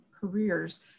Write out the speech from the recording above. careers